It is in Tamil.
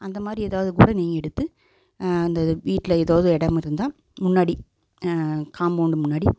அந்த மாதிரி எதாவது கூட நீங்கள் எடுத்து அந்த வீட்டில் எதாவது இடம் இருந்தால் முன்னாடி காமவுண்ட் முன்னாடி